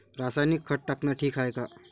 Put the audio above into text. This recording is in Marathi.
रासायनिक खत टाकनं ठीक हाये का?